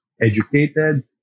educated